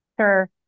sure